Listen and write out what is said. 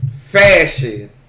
fashion